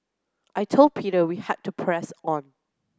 I told Peter we had to press on